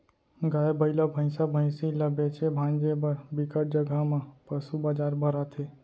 गाय, बइला, भइसा, भइसी ल बेचे भांजे बर बिकट जघा म पसू बजार भराथे